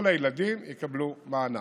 כל הילדים יקבלו מענק.